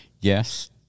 Yes